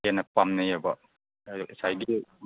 ꯍꯦꯟꯅ ꯄꯥꯝꯅꯩꯌꯦꯕ ꯑꯗꯨ ꯉꯁꯥꯏꯒꯤ